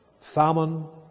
famine